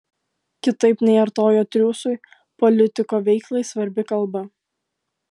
kitaip nei artojo triūsui politiko veiklai svarbi kalba